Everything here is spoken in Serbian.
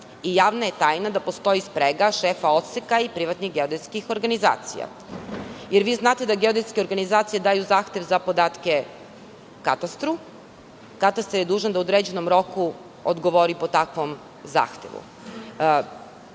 i javna je tajna da postoji sprega šefova odseka i privatnih geodetskih organizacija. Znate da geodetske organizacije daju zahtev za podatke katastru. Katastar je dužan da u određenom roku odgovori po takvom zahtevu.